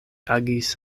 agis